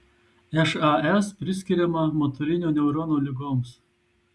šas priskiriama motorinio neurono ligoms